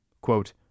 Quote